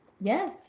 Yes